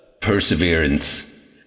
Perseverance